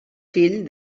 fill